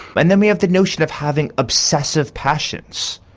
and then we have the notion of having obsessive passions.